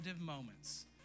moments